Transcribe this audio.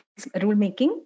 rulemaking